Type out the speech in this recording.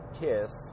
kiss